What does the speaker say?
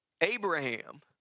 Abraham